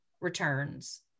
returns